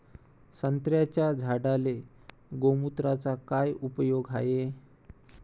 संत्र्याच्या झाडांले गोमूत्राचा काय उपयोग हाये?